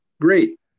great